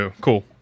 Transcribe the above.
Cool